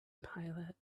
pilot